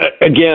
again